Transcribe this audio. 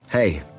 Hey